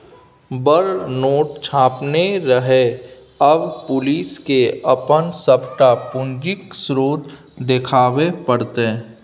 बड़ नोट छापने रहय आब पुलिसकेँ अपन सभटा पूंजीक स्रोत देखाबे पड़तै